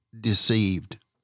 deceived